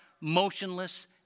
motionless